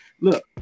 Look